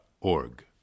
org